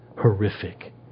horrific